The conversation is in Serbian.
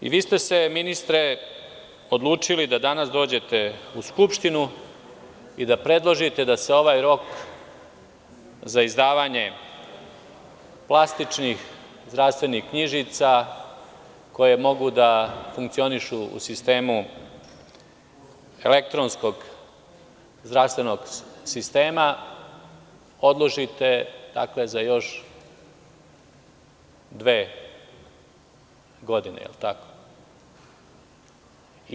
Vi ste se ministre odlučili da danas dođete u Skupštinu i da predložite da se ovaj rok za izdavanje plastičnih zdravstvenih knjižica koje mogu da funkcionišu u sistemu elektronskog zdravstvenog sistema, odložite dakle, za još dve godine, jel tako?